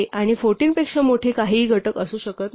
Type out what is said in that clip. आणि 14 पेक्षा मोठे काहीही घटक असू शकत नाही